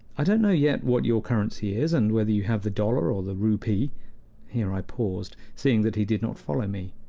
i don't know yet what your currency is, and whether you have the dollar or the rupee here i paused, seeing that he did not follow me.